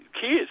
kids